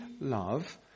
love